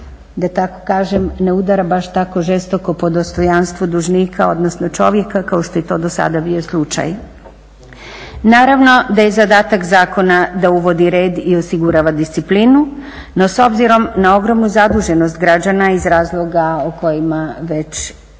da tako kažem ne udara baš tako žestoko po dostojanstvu dužnika odnosno čovjeka kao što je to do sada bio slučaj. Naravno da je zadatak zakona da uvodi red i osigurava disciplinu, no s obzirom na ogromnu zaduženost građana iz razloga o kojima već svi